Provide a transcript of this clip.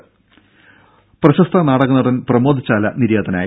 രംഭ പ്രശസ്ത നാടക നടൻ പ്രമോദ് ചാല നിര്യാതനായി